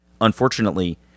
Unfortunately